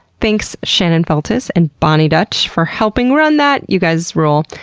thanks shannon feltus and boni dutch for helping run that, you guys rule.